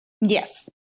yes